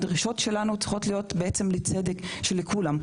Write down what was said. הדרישות שלנו צריכות להיות בעצם לצדק לכולם.